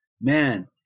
man